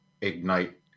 ignite